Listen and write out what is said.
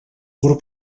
grup